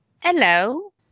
Hello